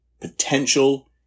potential